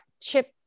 chip